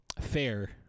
Fair